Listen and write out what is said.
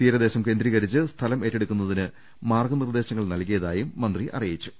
തീരദേശം കേന്ദ്രീകരിച്ച് സ്ഥലം ഏറ്റെ ടുക്കുന്നതിന് മാർഗ്ഗ നിർദ്ദേശങ്ങൾ നൽകിയതായും മന്ത്രി പറഞ്ഞു